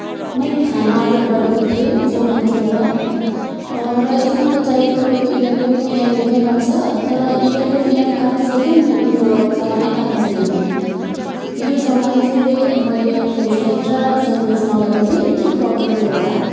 मैले खाना अर्डर गरेको थिएँ जोमेटोबाट र यसमा त टाइम तपाईँको इलेभेन एएम देखाइरहेको छ तर इलेभेन एएम काटिइसक्यो मैले मेरो सामानै पाएको छुइनँ मेरो सामान चाहिँ मैले फ्रेन्च फ्राइज र स्यान्डविच मगाएको थिएँ के प्रब्लमले होला